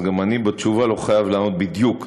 אז גם אני בתשובה לא חייב לענות בדיוק,